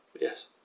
Yes